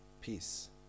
peace